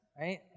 right